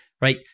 right